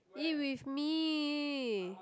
eat with me